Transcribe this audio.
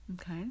okay